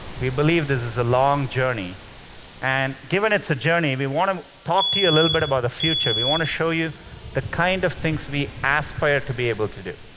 we believe this is a long journey and given it's a journey, we want to talk to you a little bit about the future. we want to show you the kind of things we aspire to be able to.